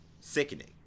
sickening